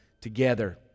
together